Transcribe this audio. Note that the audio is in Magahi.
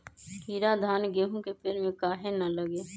कीरा धान, गेहूं के पेड़ में काहे न लगे?